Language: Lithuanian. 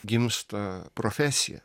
gimsta profesija